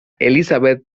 elizabeth